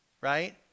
right